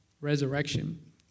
Resurrection